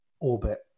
orbit